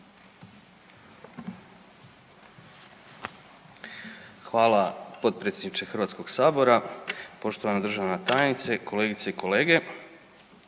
predsjedniče Hrvatskog sabora, poštovani državni tajniče, kolegice i kolege,